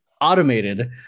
automated